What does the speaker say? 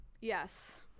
Yes